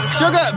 Sugar